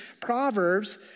Proverbs